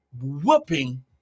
whooping